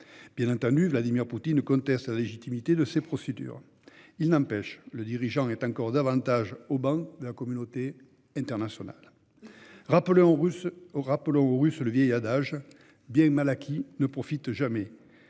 Bien entendu, Vladimir Poutine conteste la légitimité de ces procédures. Il n'empêche qu'il s'en trouve encore davantage mis au ban de la communauté internationale. Rappelons aux Russes ce vieil adage :« Bien mal acquis ne profite jamais !